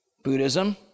Buddhism